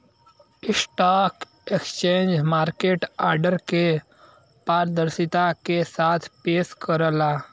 stock exchange market order के पारदर्शिता के साथ पेश करला